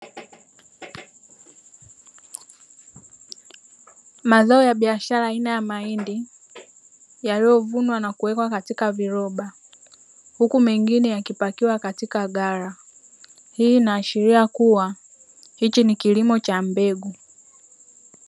Mazao ya biashara aina ya mahindi yaliyovunwa na kuwekwa katika viroba, huku mengine yakipakiwa katika ghala. Hii inaashiria kuwa hichi ni kilimo cha mbegu.